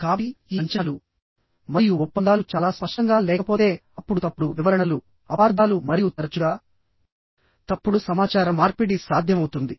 కాబట్టిఈ అంచనాలు మరియు ఒప్పందాలు చాలా స్పష్టంగా లేకపోతేఅప్పుడు తప్పుడు వివరణలు అపార్థాలు మరియు తరచుగా తప్పుడు సమాచార మార్పిడి సాధ్యమవుతుంది